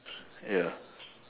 ya